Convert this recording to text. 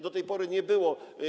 Do tej pory nie było.